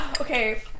okay